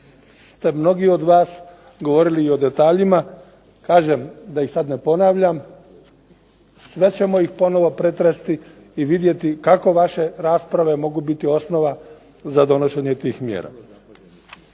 ste mnogi od vas govorili i o detaljima. Kažem, da ih sad ne ponavljam, sve ćemo ih ponovno pretresti i vidjeti kako vaše rasprave mogu biti osnova za donošenje tih mjera.